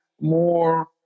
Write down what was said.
more